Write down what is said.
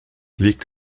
liegt